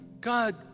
God